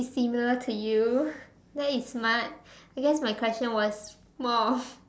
is similar to you that is smart I guess my question was more of